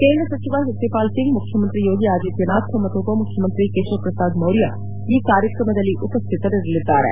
ಕೇಂದ್ರ ಸಚಿವ ಸತ್ಯಪಾಲ್ ಸಿಂಗ್ ಮುಖ್ಯಮಂತ್ರಿ ಯೋಗಿ ಆದಿತ್ನ ನಾಥ್ ಮತ್ತು ಉಪ ಮುಖ್ಯಮಂತ್ರಿ ಕೇಶವ್ ಪ್ರಸಾದ್ ಮೌರ್ಯ ಈ ಕಾರ್ಯಕ್ರಮದಲ್ಲಿ ಉಪಸ್ಲಿತರಿರಲಿದ್ದಾರೆ